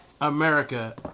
America